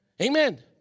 Amen